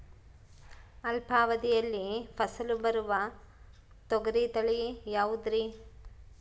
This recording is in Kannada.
ಅಲ್ಪಾವಧಿಯಲ್ಲಿ ಫಸಲು ಬರುವ ತೊಗರಿ ತಳಿ ಯಾವುದುರಿ?